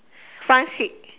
front seat